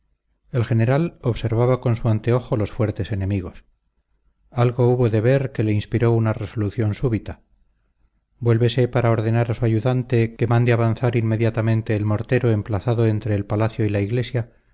el general observaba con su anteojo los fuertes enemigos algo hubo de ver que le inspiró una resolución súbita vuélvese para ordenar a su ayudante que mande avanzar inmediatamente el mortero emplazado entre el palacio y la iglesia